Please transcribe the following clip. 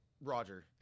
Roger